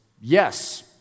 yes